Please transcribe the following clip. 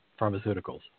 Pharmaceuticals